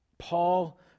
Paul